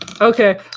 Okay